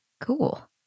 Cool